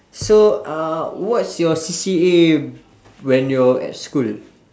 so uh what's your C_C_A when you're at school